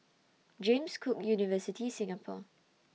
James Cook University Singapore